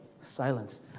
silence